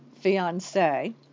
fiance